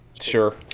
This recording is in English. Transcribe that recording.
Sure